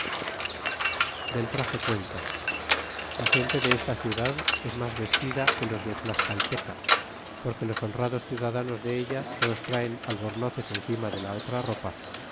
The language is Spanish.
del trage cuenta la gente de esta ciudad es mas vestida que los de tascaltecal porque los honrados ciudadanos de ella todos traen albornoces encima de la otra ropa